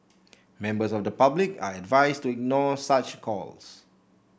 members of the public are advised to ignore such calls